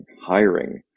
hiring